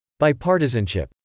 Bipartisanship